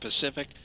Pacific